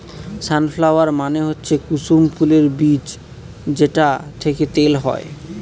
সান flower মানে হচ্ছে কুসুম ফুলের বীজ যেটা থেকে তেল হয়